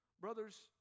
Brothers